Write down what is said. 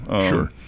sure